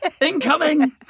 Incoming